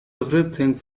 everything